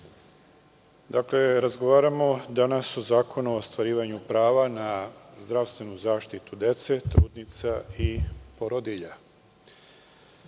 razgovaramo danas o Zakonu o ostvarivanju prava na zdravstvenu zaštitu dece, trudnica i porodilja.